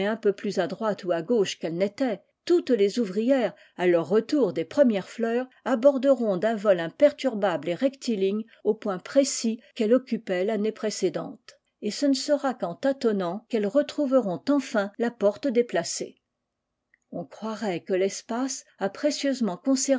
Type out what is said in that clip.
lui peu plus à droite ou à gauche qu'elle n'était toutes les ouvrières à leur retour des premières fleurs aborderont d'un vol imperturbable et rectiligne au point précis qu'elle occupait l'année précédente et ce ne sera qu'en tâtonnant qu'elles retrouveront enfin la porte déplacée on croirait que l'espace a précieusement